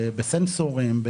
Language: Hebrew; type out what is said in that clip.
בסנסורים.